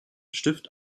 stift